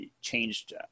changed